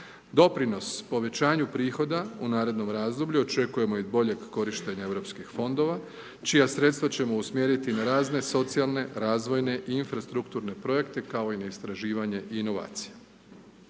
Doprinos povećanju prihoda u narednom razdoblju očekujemo i boljeg korištenja europskih fondova čija sredstva ćemo usmjeriti na razne socijalne, razvojne i infrastrukturne projekte kao i na istraživanje inovacija.